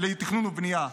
לתכנון ובנייה.